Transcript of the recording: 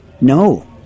No